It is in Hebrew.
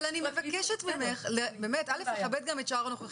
אז אני אגיד לפחות את התפיסה שלי,